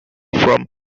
from